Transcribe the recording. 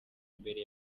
mbere